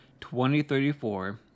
2034